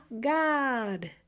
God